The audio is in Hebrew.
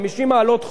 50 מעלות חום,